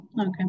Okay